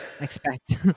expect